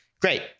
Great